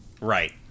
Right